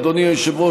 אדוני היושב-ראש,